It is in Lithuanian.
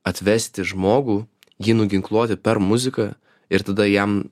atvesti žmogų jį nuginkluoti per muziką ir tada jam